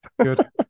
Good